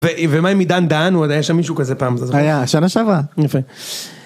ומה עם עידן דן? הוא עוד היה שם מישהו כזה פעם, זה זוכר. היה, שנה שעברה. יפה.